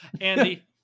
Andy